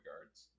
regards